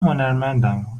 هنرمندم